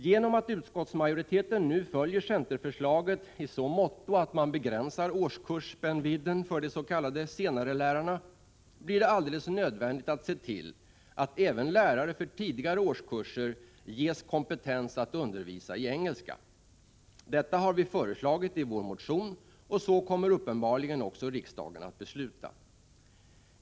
Genom att utskottsmajoriteten nu följer centerförslaget i så måtto att man begränsar årskursspännvidden för de s.k. senarelärarna blir det alldeles nödvändigt att se till att även lärare för tidigare årskurser ges kompetens att undervisa i engelska. Detta har vi föreslagit i vår motion, och så kommer uppenbarligen också riksdagen att besluta.